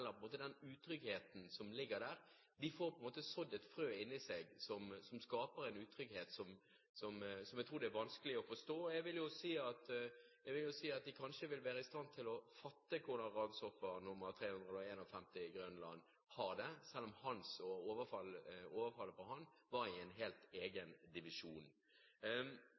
får på en måte sådd et frø inne i seg som skaper en utrygghet som jeg tror det er vanskelig å forstå. Kanskje vil de være i stand til å fatte hvordan ransoffer nr. 351 i Grønland politidistrikt har det, selv om overfallet på ham var i en egen divisjon.